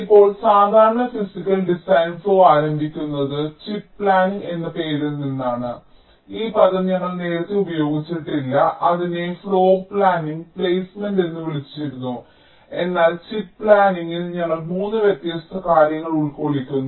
ഇപ്പോൾ സാധാരണ physical design flow ആരംഭിക്കുന്നത് ചിപ്പ് പ്ലാനിംഗ് എന്ന പേരിൽ നിന്നാണ് ഈ പദം ഞങ്ങൾ നേരത്തെ ഉപയോഗിച്ചിട്ടില്ല ഞങ്ങൾ അതിനെ ഫ്ലോർ പ്ലാനിംഗ് പ്ലേസ്മെന്റ് എന്ന് വിളിച്ചിരുന്നു എന്നാൽ ചിപ്പ് പ്ലാനിങ്ങിൽ ഞങ്ങൾ 3 വ്യത്യസ്ത കാര്യങ്ങൾ ഉൾകൊള്ളിക്കുന്നു